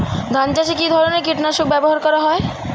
ধান চাষে কী ধরনের কীট নাশক ব্যাবহার করা হয়?